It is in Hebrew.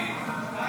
אדוני